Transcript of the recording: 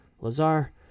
Lazar